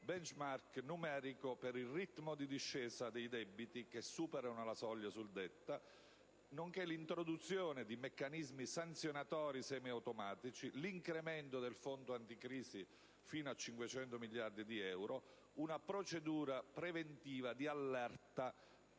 *benchmark* numerico per il ritmo di discesa dei debiti che superano la soglia suddetta, nonché l'introduzione di meccanismi sanzionatori semiautomatici, l'incremento del fondo anticrisi fino a 500 miliardi di euro, una procedura preventiva di allerta